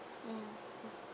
mmhmm